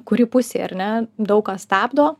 kuri pusė ar ne daug ką stabdo